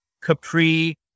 Capri